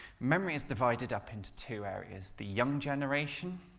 memory is divided up into two areas, the young generation,